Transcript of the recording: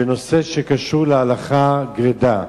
בנושא שקשור להלכה גרידא.